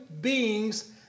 beings